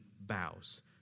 bows